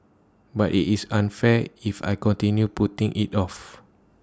but IT is unfair if I continue putting IT off